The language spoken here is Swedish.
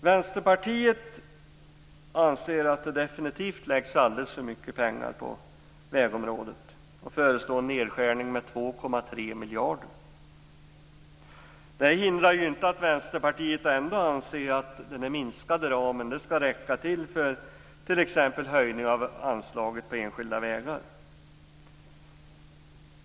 Vänsterpartiet anser att det definitivt läggs alldeles för mycket pengar på vägområdet och föreslår nedskärning med 2,3 miljarder. Det hindrar inte att Vänsterpartiet ändå anser att den minskade ramen skall räcka till för t.ex. höjning av anslaget till enskilda vägar.